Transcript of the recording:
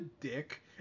dick